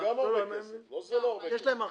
זה גם הרבה כסף, לא שזה לא הרבה כסף זה הרבה,